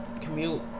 commute